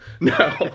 no